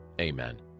Amen